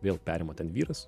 vėl perima ten vyras